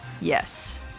Yes